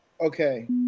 Okay